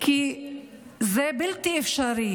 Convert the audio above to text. כי זה בלתי אפשרי